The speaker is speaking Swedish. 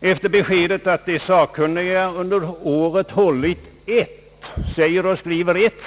Efter beskedet att de sakkunniga under året hållit ett — säger och skriver ett!